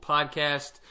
Podcast